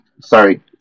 Sorry